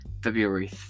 February